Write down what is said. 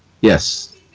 Yes